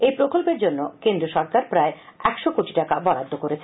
এই প্রকল্পের জন্য কেন্দ্র সরকার প্রায় একশো কোটি টাকা বরাদ্দ করেছে